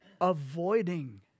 avoiding